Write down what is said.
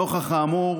נוכח האמור